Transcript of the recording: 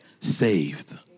saved